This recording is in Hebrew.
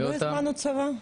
אנחנו לא הזמנו מישהו מהצבא?